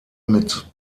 mit